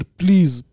please